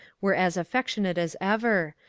were as affectionate as ever,